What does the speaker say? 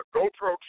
GoPro